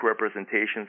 representations